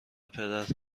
پدر